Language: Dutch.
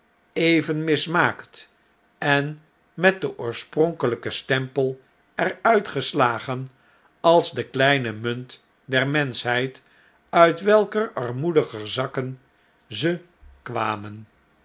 even mismaakt en met den oorspronkeln'ken stempel er uitgeslagen als de kleine munt der menschheid uit welker armoedige zakken ze kwamen